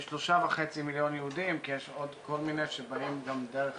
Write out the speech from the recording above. כ-3.5 מיליון יהודים כי יש עוד כל מיני שבאים גם דרך